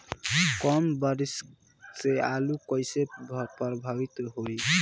कम बारिस से आलू कइसे प्रभावित होयी?